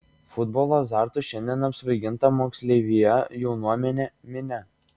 futbolo azartu šiandien apsvaiginta moksleivija jaunuomenė minia